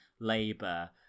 Labour